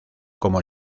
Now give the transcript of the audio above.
como